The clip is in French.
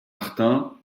martin